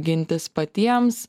gintis patiems